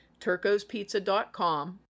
turcospizza.com